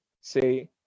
say